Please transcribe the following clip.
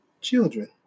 children